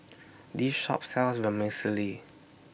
This Shop sells Vermicelli